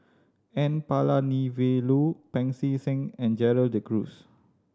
N Palanivelu Pancy Seng and Gerald De Cruz